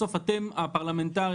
ובסוף אתם הפרלמנטרים,